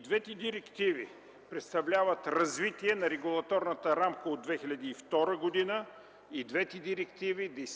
Двете директиви представляват развитие на регулаторната рамка от 2002 г. И двете директиви